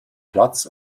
platz